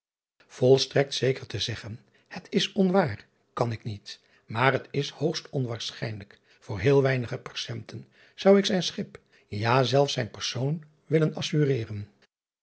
olstrekt zeker te zeggen het is onwaar kan ik niet maar het is hoogst onwaarschijnlijk voor heel weinige percenten zou ik zijn schip ja zelfs zijn persoon willen assureren